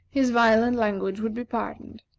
his violent language would be pardoned.